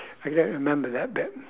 I don't remember that bit